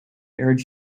urge